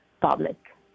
public